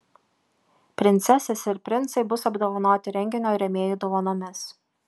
princesės ir princai bus apdovanoti renginio rėmėjų dovanomis